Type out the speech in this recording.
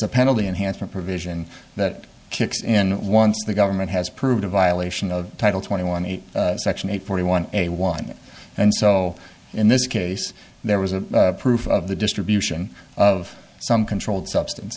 a penalty enhancement provision that kicks in once the government has proved a violation of title twenty one eight section eight forty one a one and so in this case there was a proof of the distribution of some controlled substance